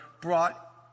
brought